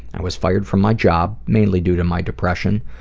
i was fired from my job, mainly due to my depression,